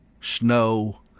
snow